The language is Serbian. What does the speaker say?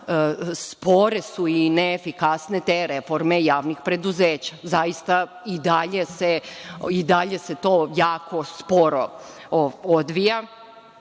spore su i neefikasne te reforme javnih preduzeća. Zaista, i dalje se to jako sporo odvija.